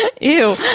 ew